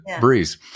breeze